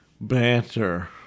banter